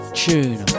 tune